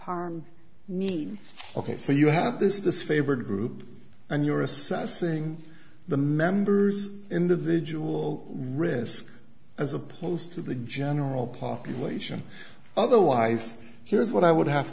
harm ok so you have this disfavor group and you're assessing the members individual risk as opposed to the general population otherwise here's what i would have